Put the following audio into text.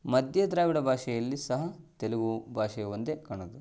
ಮಧ್ಯ ದ್ರಾವಿಡ ಭಾಷೆಯಲ್ಲಿ ಸಹ ತೆಲುಗು ಭಾಷೆ ಒಂದೇ ಕಾಣೋದು